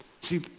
See